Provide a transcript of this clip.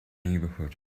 neighborhood